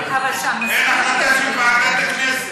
אין החלטה של ועדת הכנסת.